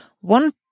one